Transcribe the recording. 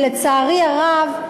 ולצערי הרב,